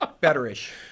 Better-ish